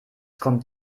kommt